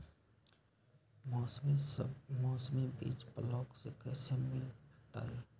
मौसमी बीज ब्लॉक से कैसे मिलताई?